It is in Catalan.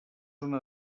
una